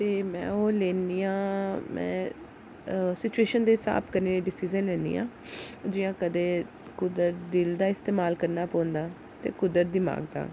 ते ओह् लैनिया में सिचुएशन दे हिसाब नै डिसिजन लैनिया जियां कदै कुदै दिल दा इस्तेमाल करना पौंदा ते कुदै दिमाग दा